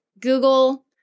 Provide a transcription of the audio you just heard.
Google